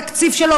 בתקציב שלו,